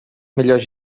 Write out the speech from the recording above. millors